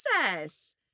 process